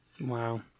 wow